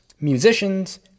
musicians